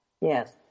Yes